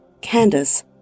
Candace